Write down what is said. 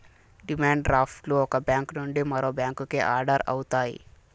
demand draft లు ఒక bank నుండి మరో బ్యాంకుకి ఆర్డర్ అవుతాయి